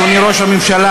אדוני ראש הממשלה,